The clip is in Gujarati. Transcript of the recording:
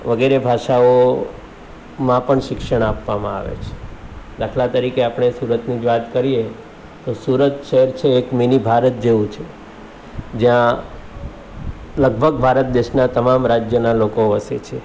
વગેરે ભાષાઓમાં પણ શિક્ષણ આપવામાં આવે છે દાખલા તરીકે આપણે સુરતની જ વાત કરીએ તો સુરત શહેર છે એક મિની ભારત જેવું છે જ્યાં લગભગ ભારત દેશના તમામ રાજ્યના લોકો વસે છે